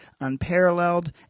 unparalleled